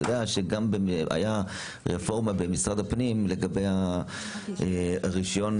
כשהייתה רפורמה במשרד הפנים, לגבי רישוי